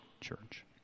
Church